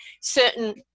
certain